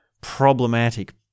problematic